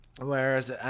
whereas